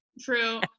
True